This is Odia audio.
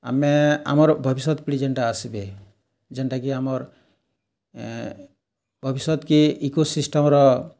ଆମେ ଆମର୍ ଭବିଷ୍ୟତ୍ ପିଢ଼ୀ ଜେଣ୍ଟା ଆସିବେ ଜେଣ୍ଟା କି ଆମର୍ ଭବିଷ୍ୟତ୍ କେଁ ଇକୋସିଷ୍ଟମ୍ର